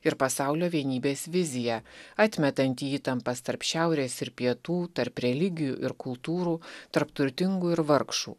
ir pasaulio vienybės vizija atmetanti įtampas tarp šiaurės ir pietų tarp religijų ir kultūrų tarp turtingų ir vargšų